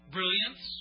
Brilliance